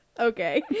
Okay